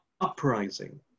uprising